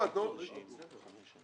אבל גם אנחנו עוסקים בזה.